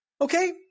Okay